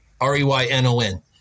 R-E-Y-N-O-N